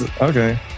Okay